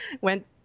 went